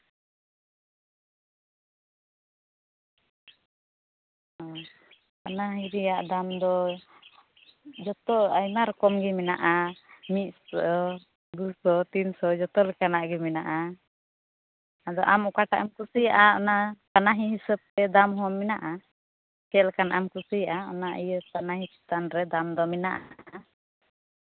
ᱚᱸᱻ ᱯᱟᱱᱟᱦᱤ ᱨᱮᱭᱟᱜ ᱫᱟᱢ ᱫᱚ ᱡᱚᱛᱚ ᱟᱭᱢᱟ ᱨᱚᱠᱚᱢ ᱜᱮ ᱢᱮᱱᱟᱜᱼᱟ ᱢᱤᱫ ᱥᱚ ᱫᱩ ᱥᱚ ᱛᱤᱱ ᱥᱚ ᱡᱚᱛᱚ ᱞᱮᱠᱟᱱᱟᱜ ᱜᱮ ᱢᱮᱱᱟᱜᱼᱟ ᱟᱫᱚ ᱟᱢ ᱚᱠᱟᱴᱟᱜ ᱮᱢ ᱠᱩᱥᱤᱭᱟᱜᱼᱟ ᱚᱱᱟ ᱯᱟᱱᱟᱦᱤ ᱦᱤᱥᱟᱹᱵᱛᱮ ᱫᱟᱢ ᱦᱚᱸ ᱢᱮᱱᱟᱜᱼᱟ ᱪᱮᱫ ᱞᱮᱠᱟᱱᱟᱜ ᱮᱢ ᱠᱩᱥᱤᱭᱟᱜᱼᱟ ᱚᱱᱟ ᱤᱭᱟᱹ ᱯᱟᱱᱟᱦᱤ ᱪᱮᱛᱟᱱ ᱨᱮ ᱫᱟᱢ ᱫᱚ ᱢᱮᱱᱟᱜᱼᱟ